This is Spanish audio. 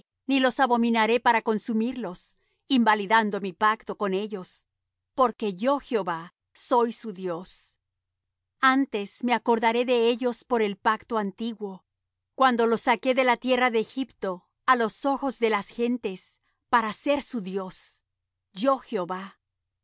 ni los abominaré para consumirlos invalidando mi pacto con ellos porque yo jehová soy su dios antes me acordaré de ellos por el pacto antiguo cuando los saqué de la tierra de egipto á los ojos de las gentes para ser su dios yo jehová